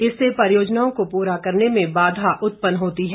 इससे परियोजनाओं को पूरा करने में बाधा उत्पन्न होती है